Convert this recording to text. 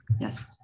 yes